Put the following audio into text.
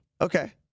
Okay